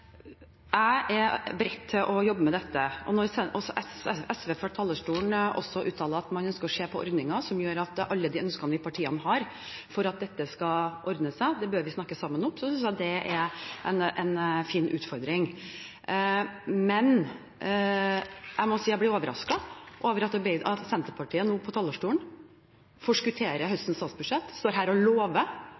Jeg er beredt til å jobbe med dette. Og når også SV fra talerstolen uttaler at de ønsker å se på ordningen, synes jeg det er en fin utfordring. Ønsket partiene har om at dette skal ordne seg, gjør at vi bør snakke sammen. Men jeg må si jeg blir overrasket over at Senterpartiet nå på talerstolen forskutterer høstens statsbudsjett og står her og